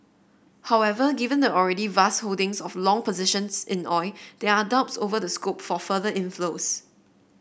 however given the already vast holdings of long positions in oil there are doubts over the scope for further inflows